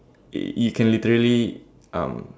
you can literally um